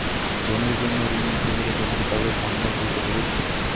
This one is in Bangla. জমির জন্য ঋন নিতে গেলে জমির কাগজ বন্ধক দিতে হবে কি?